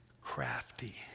crafty